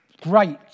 Great